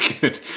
good